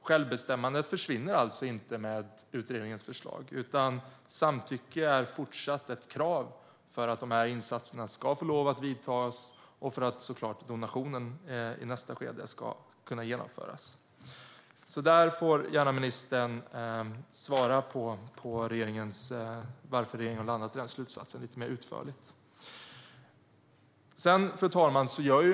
Självbestämmandet försvinner alltså inte med utredningens förslag, utan samtycke är fortsatt ett krav för att insatserna ska få lov att göras och för att donationen i nästa skede ska kunna genomföras. Ministern får gärna svara lite mer utförligt på varför regeringen har landat i denna slutsats. Fru talman!